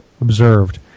observed